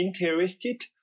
interested